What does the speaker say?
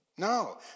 No